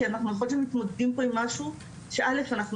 כי יכול להיות שאנחנו מתמודדים פה עם משהו שא' אנחנו